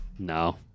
No